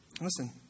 Listen